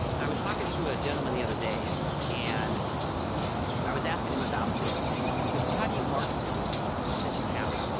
i was talking to a gentleman the other day and i was asking him about his reviews. i said well how do you market your reviews that you have.